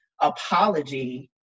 apology